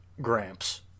Gramps